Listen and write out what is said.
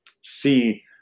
see